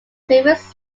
famous